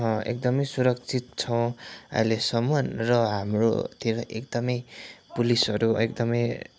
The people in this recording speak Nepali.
एकदमै सुरक्षित छौँ ऐलेसम्म र हाम्रो के अरे एकदमै पुलिसहरू एकदमै